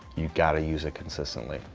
you've got to use it consistently.